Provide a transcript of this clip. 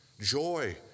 Joy